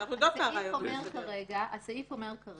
הסעיף אומר כרגע